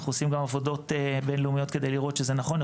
אנחנו עושים גם עבודות בין-לאומיות כדי לראות שזה נכון.